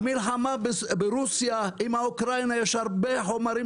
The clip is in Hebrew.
המלחמה ברוסיה עם אוקראינה יש הרבה חומרים